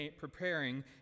preparing